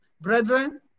Brethren